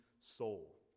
soul